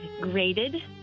graded